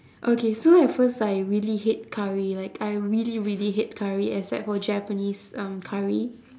okay so at first I really hate curry like I really really hate curry except for japanese um curry